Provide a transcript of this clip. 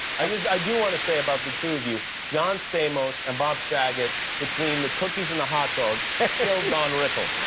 i just do want to say about the two of you john stamos and bob saget, between the cookies and the hot dogs, killed don rickles.